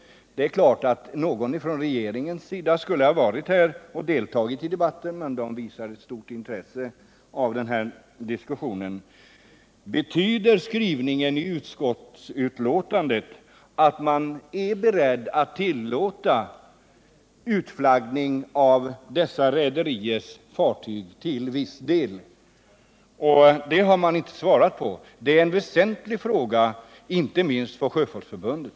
Det är klart att någon från regeringen borde ha varit här och deltagit i debatten. Regeringen visar just inget större intresse för den här diskussionen! Jag frågade: Betyder skrivningen i utskottsbetänkandet att man är beredd att tillåta utflaggning av dessa rederiers fartyg till viss del? Det har man inte svarat på. Det är en väsentlig fråga, inte minst för Sjöfolksförbundet.